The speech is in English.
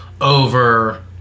over